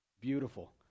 beautiful